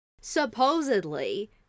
Supposedly